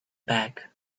back